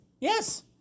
Yes